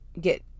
get